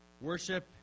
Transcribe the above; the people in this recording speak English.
worship